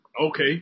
Okay